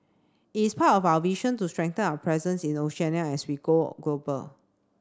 it is part of our vision to strengthen our presence in Oceania as we go global